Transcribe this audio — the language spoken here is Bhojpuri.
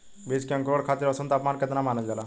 बीज के अंकुरण खातिर औसत तापमान केतना मानल जाला?